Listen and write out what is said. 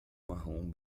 marrom